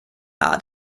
art